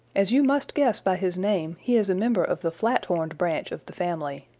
as you must guess by his name he is a member of the flat-horned branch of the family.